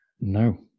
No